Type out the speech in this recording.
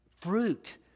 fruit